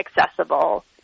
accessible